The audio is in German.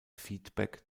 feedback